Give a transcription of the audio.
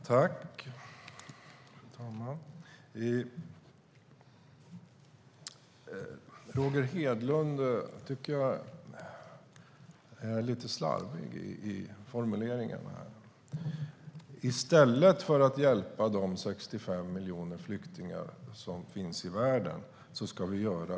Fru talman! Roger Hedlund är lite slarvig i sina formuleringar. Han säger att vi gör detta i stället för att hjälpa de 65 miljoner flyktingar som finns i världen.